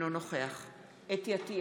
אינו נוכח חוה אתי עטייה,